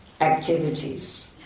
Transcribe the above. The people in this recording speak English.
activities